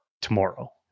tomorrow